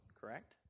correct